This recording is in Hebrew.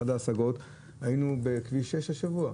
אחת ההשגות היא שהיינו בכביש 6 השבוע,